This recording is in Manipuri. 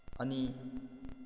ꯑꯅꯤ